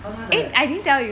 他妈的